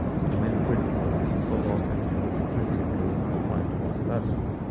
which many critics have so often and simplistically applied to garcilaso.